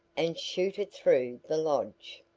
and shoot it through the lodge.